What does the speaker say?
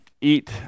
eat